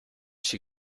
she